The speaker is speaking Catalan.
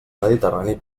mediterrani